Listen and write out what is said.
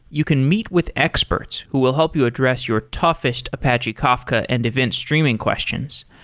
you can meet with experts who will help you address your toughest apache kafka and event streaming questions,